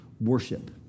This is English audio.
worship